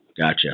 Gotcha